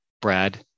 Brad